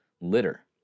litter